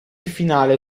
finale